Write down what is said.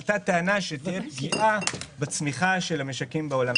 עלתה טענה שתהיה פגיעה בצמיחה של המשקים בעולם.